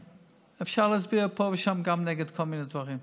שאפשר להצביע פה ושם גם נגד כל מיני דברים.